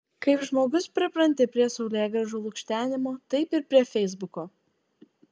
kaip žmogus pripranti prie saulėgrąžų lukštenimo taip ir prie feisbuko